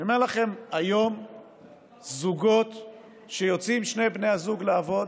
אני אומר לכם, היום כשיוצאים שני בני הזוג לעבוד